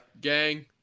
gang